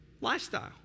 lifestyle